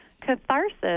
Catharsis